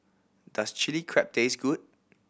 does Chilli Crab taste good